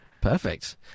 Perfect